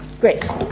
Grace